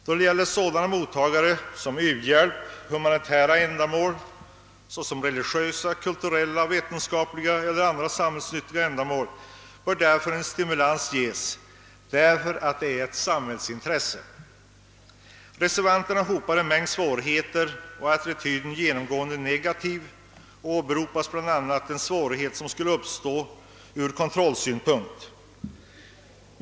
Då det gäller sådana mottagare som u-hjälp, humanitära, religiösa, kulturella, vetenskapliga och andra samhällsnyttiga ändamål bör därför stimulans ges; det ligger ju i samhällets intresse. Reservanterna hopar en mängd svårigheter på vägen. Deras attityd är genomsgående negativ; bl.a. åberopas de besvärligheter som skulle uppstå från kontrollsynpunkt.